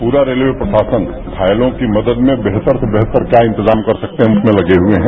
प्ररा रेलवे प्रशासन घायलों की मदद में बेहतर से बेहतर क्या इंतजाम कर सकते हैं हम उसमें लगे हुए हैं